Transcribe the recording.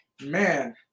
man